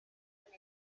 con